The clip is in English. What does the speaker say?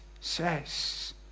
says